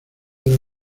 los